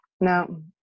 No